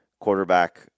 quarterback